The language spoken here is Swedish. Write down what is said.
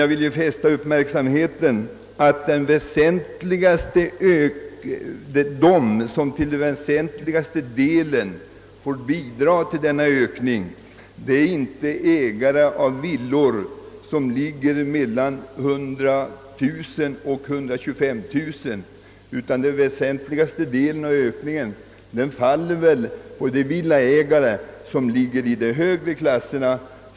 Jag vill dock fästa uppmärksamheten på att de som till största delen får bidra till den ökningen inte är ägare av villor som ligger mellan 100 000 och 125 000 kronor, utan den väsentligaste delen faller på de villaägare som ligger i de högre klasserna.